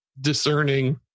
discerning